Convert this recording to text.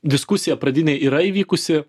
diskusija pradinė yra įvykusi